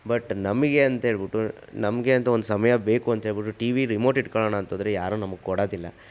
but ನಮಗೆ ಅಂತ ಹೇಳ್ಬಿಟ್ಟು ನಮಗೆ ಅಂತ ಒಂದು ಸಮಯ ಬೇಕು ಅಂತ ಹೇಳ್ಬಿಟ್ಟು ಟಿ ವಿ ರಿಮೋಟ್ ಹಿಡ್ಕೊಳ್ಳೋಣ ಅಂತಂದ್ರೆ ಯಾರು ನಮಗೆ ಕೊಡೋದಿಲ್ಲ